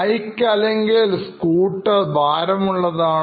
bike അല്ലെങ്കിൽ scooter ഭാരം ഉള്ളതാണ്